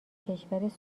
کشور